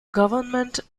government